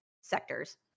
sectors